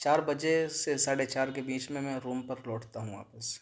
چار بجے سے ساڑھے چار کے بیچ جس میں میں روم پر لوٹتا ہوں واپس